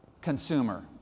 consumer